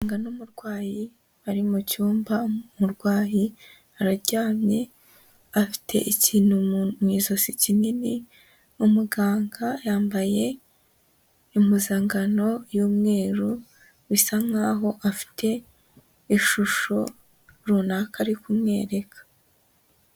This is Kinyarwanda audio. Umurwayi ari mu cyumba, umurwayi araryamye afite ikintu mu ijosi kinini, umuganga yambaye impuzangano y'umweru bisa nkaho afite ishusho runaka ari kumwereka.